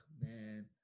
man